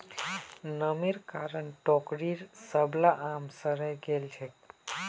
नमीर कारण टोकरीर सबला आम सड़े गेल छेक